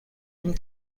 این